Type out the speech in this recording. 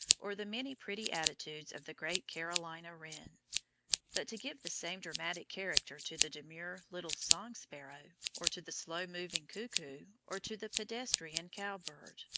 or the many pretty attitudes of the great carolina wren but to give the same dramatic character to the demure little song sparrow, or to the slow moving cuckoo, or to the pedestrian cowbird,